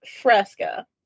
Fresca